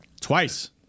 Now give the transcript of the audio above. twice